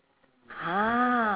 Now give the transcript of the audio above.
ha